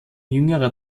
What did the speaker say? jüngerer